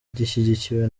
gishyigikiwe